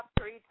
three